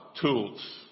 tools